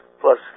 plus